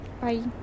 bye